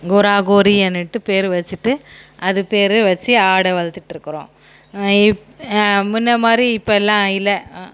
கோரா கோரின்னுட்டு பேர் வெச்சிட்டு அது பேர் வெச்சி ஆட்ட வளர்த்துட்ருக்குறோம் முன்னே மாதிரி இப்போல்லாம் இல்லை